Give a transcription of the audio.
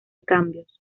cambios